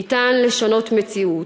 אפשר לשנות מציאות,